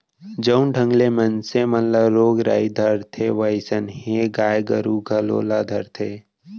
जउन ढंग ले मनसे मन ल रोग राई धरथे वोइसनहे गाय गरू घलौ ल धरथे